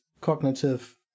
cognitive